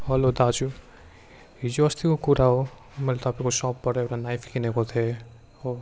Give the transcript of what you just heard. hello दाजु हिजोअस्तिको कुरा हो मैले तपाईँको सपबाट एउटा नाइफ किनेको थिएँ